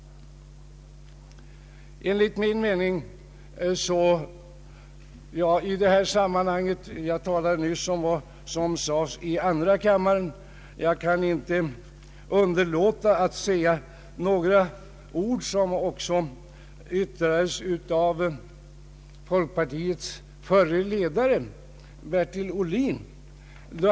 Jag talade nyss om vad statsrådet Moberg sade i andra kammaren. Jag kan inte underlåta att också återge några ord som yttrades av folkpartiets förre ledare Bertil Ohlin.